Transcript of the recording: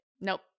Nope